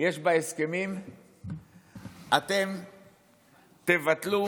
יש בהסכמים שאתם תבטלו